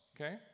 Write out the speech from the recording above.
okay